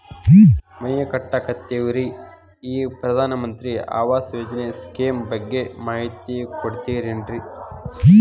ಮನಿ ಕಟ್ಟಕತೇವಿ ರಿ ಈ ಪ್ರಧಾನ ಮಂತ್ರಿ ಆವಾಸ್ ಯೋಜನೆ ಸ್ಕೇಮ್ ಬಗ್ಗೆ ಮಾಹಿತಿ ಕೊಡ್ತೇರೆನ್ರಿ?